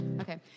Okay